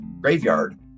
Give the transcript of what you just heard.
graveyard